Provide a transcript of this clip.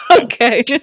Okay